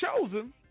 chosen